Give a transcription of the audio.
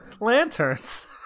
lanterns